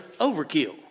overkill